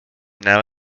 now